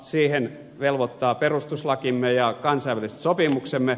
siihen velvoittavat perustuslakimme ja kansainväliset sopimuksemme